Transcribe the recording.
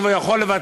לא יכול לוותר,